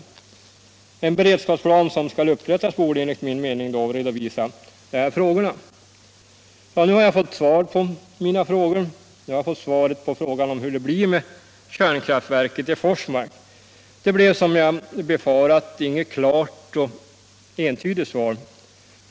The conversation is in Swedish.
Den beredskapsplan som skall upprättas borde enligt min mening redovisa dessa frågor. Ja, nu har jag fått svar på mina frågor. Nu har jag fått svaret på frågan om hur det blir med kärnkraftverket i Forsmark. Det blev som jag befarat inget klart och entydigt svar.